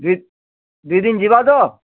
ଯେ ଦୁଇ ଦିନ୍ ଯିବା ତ